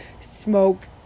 smoke